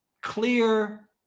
clear